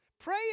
Pray